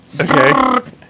Okay